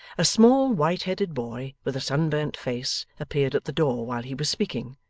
a small white-headed boy with a sunburnt face appeared at the door while he was speaking,